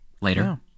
later